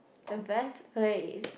the best place